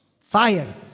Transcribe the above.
fire